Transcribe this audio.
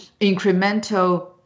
incremental